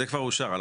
זה כבר אושר.